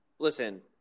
Listen